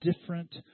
different